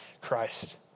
Christ